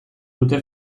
dute